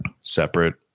separate